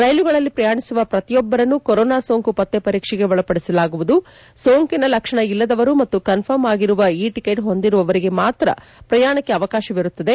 ರೈಲುಗಳಲ್ಲಿ ಪ್ರಯಾಣಿಸುವ ಪ್ರತಿಯೊಬ್ಬರನ್ನು ಕೊರೋನಾ ಸೋಂಕು ಪತ್ತೆ ವರೀಕ್ಷೆಗೆ ಒಳಪಡಿಸಲಾಗುವುದು ಸೋಂಕಿನ ಲಕ್ಷಣ ಇಲ್ಲದವರು ಮತ್ತು ಕನ್ಫರ್ಮ್ ಆಗಿರುವ ಇ ಟಿಕೇಟ್ ಹೊಂದಿರುವವರಿಗೆ ಮಾತ್ರ ಪ್ರಯಾಣಕ್ಕೆ ಅವಕಾಶವಿರುತ್ತದೆ